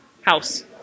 house